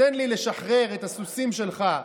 תן לי לשחרר את הסוסים שלך,